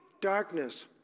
darkness